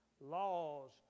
laws